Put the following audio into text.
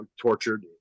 tortured